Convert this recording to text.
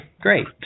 great